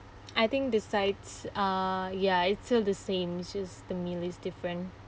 I think the sides uh ya it's still the same just the meal is different